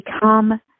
become